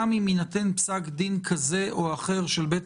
גם אם יינתן פסק דין כזה או אחר של בית